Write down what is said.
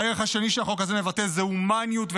הערך השני שהחוק הזה מבטא זה הומניות וחמלה.